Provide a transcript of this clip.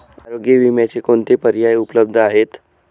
आरोग्य विम्याचे कोणते पर्याय उपलब्ध आहेत?